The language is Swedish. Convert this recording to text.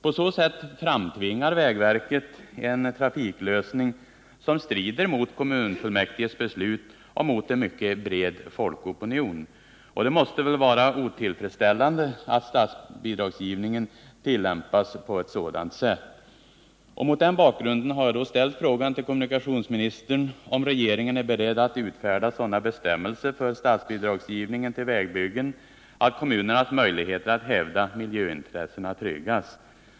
På så sätt framtvingar vägverket en trafiklösning som strider mot kommunfullmäktiges beslut och mot en mycket bred folkopinion. Det måste vara otillfredsställande att statsbidragsgivningen tillämpas på ett sådant sätt. Mot denna bakgrund har jag ställt frågan till kommunikationsministern om regeringen är beredd att utfärda sådana bestämmelser för statsbidragsgivningen till vägbyggen att kommunernas möjligheter att hävda miljöintressena tryggas.